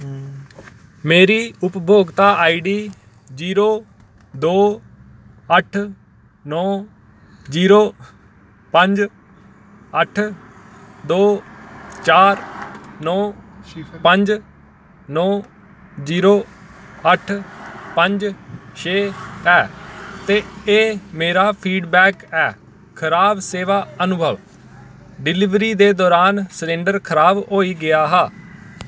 मेरी उपभोक्ता I D zero दो अट्ठ नौ जीरो पंज अट्ठ दो चार नौ पंज नौ जीरो अट्ठ पंज छे ऐ ते एह् मेरा फीडबैक ऐ खराब सेवा अनुभव डिलीवरी दे दौरान सिलैंडर खराब होई गेआ हा